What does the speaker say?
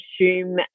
assume